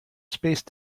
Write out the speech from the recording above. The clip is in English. spaced